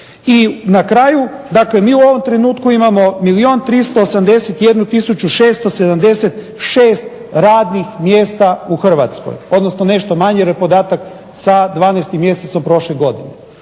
I na kraju, dakle mi u ovom trenutku imamo milijun 381 tisuću 676 radnih mjesta u Hrvatskoj odnosno nešto manje jer je podatak sa 12. mjesecom prošle godine.